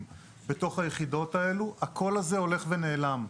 בתוך היחידות האלו הקול הזה הולך ונעלם.